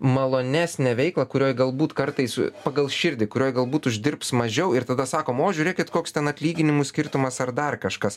malonesnę veiklą kurioj galbūt kartais pagal širdį kurioj galbūt uždirbs mažiau ir tada sakom o žiūrėkit koks ten atlyginimų skirtumas ar dar kažkas